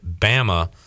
Bama